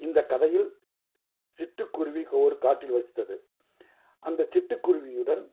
இந்தக் கதையில் சிட்டுக்குருவி ஓர் காட்டில் வசித்தது அந்தச் சிட்டுக்குருவியுடன்